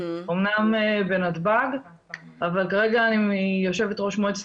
אמנם בנתב"ג אבל כרגע אני יושבת-ראש מועצת